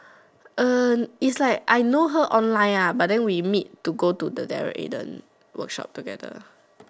uh is like I know her online ah but then we meet to go to the Daryl Aiden the workshop together